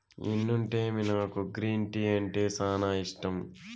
ఎన్నుంటేమి నాకు green tea అంటే సానా ఇష్టం